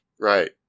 Right